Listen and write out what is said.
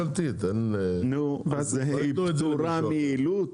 נו, אז היא פטורה מיעילות?